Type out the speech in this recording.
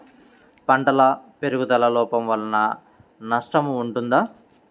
పంటల పెరుగుదల లోపం వలన నష్టము ఉంటుందా?